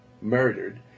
murdered